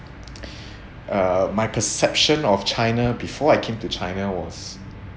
uh my perception of china before I came to china was